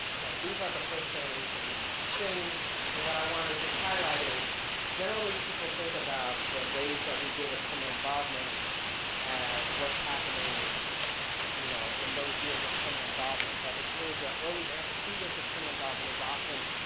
these are the first generation things and what i wanna just highlight is generally people think about the ways that we deal with criminal involvement as what's happening you know, in those years of criminal involvement, but it's really the early antecedents of criminal involvement is often,